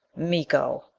miko!